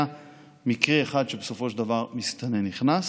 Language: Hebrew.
היה מקרה אחד שבסופו של דבר מסתנן נכנס.